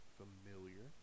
familiar